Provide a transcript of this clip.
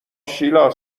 شیلا